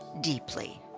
deeply